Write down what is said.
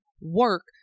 work